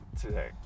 today